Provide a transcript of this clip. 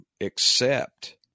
accept